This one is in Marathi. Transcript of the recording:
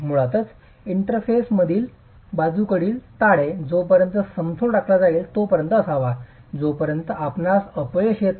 मुळातच इंटरफेसमधील बाजूकडील ताळे जोपर्यंत समतोल राखला जाईल तोपर्यंतच असावा जोपर्यंत आपणास अपयश येत नाही